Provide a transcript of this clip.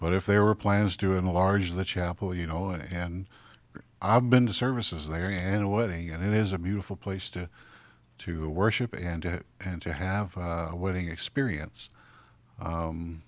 but if there were plans to enlarge the chapel you know and i've been to services there and a wedding and it is a beautiful place to to worship and to and to have a wedding experience